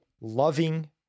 loving